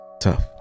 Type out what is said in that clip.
Tough